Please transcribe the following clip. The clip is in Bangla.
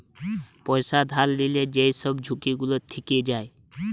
পয়সা ধার লিলে যেই সব ঝুঁকি গুলা থিকে যায়